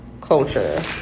culture